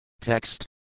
Text